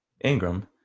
Ingram